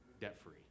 debt-free